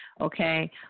okay